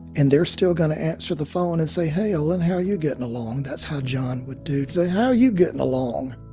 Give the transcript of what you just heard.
and they're still going to answer the phone and say hey, olin, how are you getting along. that's how john would do say, how are you getting along?